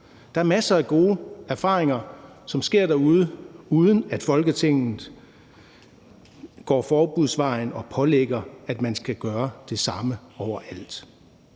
Der er masser af gode erfaringer, som sker derude, uden at Folketinget går forbudsvejen og pålægger, at man skal gøre det samme overalt.